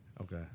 Okay